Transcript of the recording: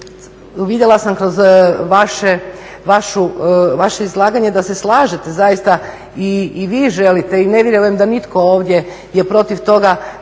vidjela kroz vaše izlaganje da se slažete zaista i vi želite i ne vjerujem vam da nitko ovdje je protiv toga